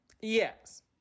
Yes